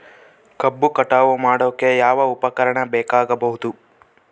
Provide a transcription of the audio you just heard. ಕಬ್ಬು ಕಟಾವು ಮಾಡೋಕೆ ಯಾವ ಉಪಕರಣ ಬೇಕಾಗಬಹುದು?